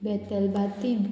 Betalbatim